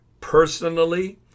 personally